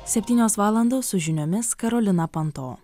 septynios valandos su žiniomis karolina panto